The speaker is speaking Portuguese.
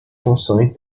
funções